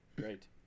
Great